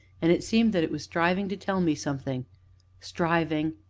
and it seemed that it was striving to tell me something striving,